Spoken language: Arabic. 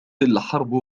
الحرب